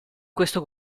questo